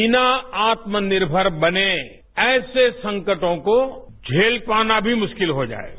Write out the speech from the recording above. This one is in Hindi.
बिना आत्मनिर्भर बने ऐसे संकटों को झेल पाना भी मुश्किल हो जाएगा